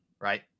right